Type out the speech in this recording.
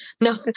No